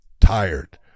tired